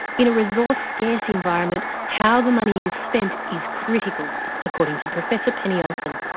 in a resource-scarce environment, how the money is spent is critical according to professor penny olsen.